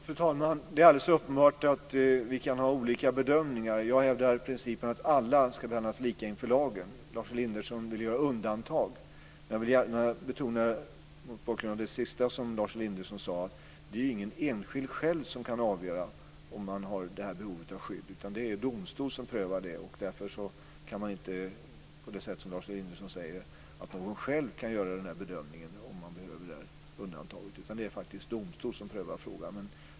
Fru talman! Det är alldeles uppenbart att vi gör olika bedömningar. Jag hävdar principen att alla ska behandlas lika inför lagen. Lars Elinderson vill göra undantag. Mot bakgrund av det sista som Lars Elinderson sade vill jag gärna betona att det inte är någon enskild som själv kan avgöra om man har ett sådant här behov av skydd. Det är domstol som prövar det. Därför kan ingen på det sätt som Lars Elinderson säger själv göra bedömningen av om man behöver undantaget, utan det är som sagt domstol som prövar frågan.